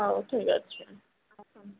ହଉ ଠିକ୍ ଅଛି